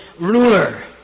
ruler